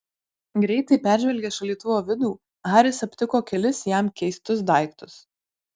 greitai peržvelgęs šaldytuvo vidų haris aptiko kelis jam keistus daiktus